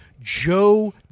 Joe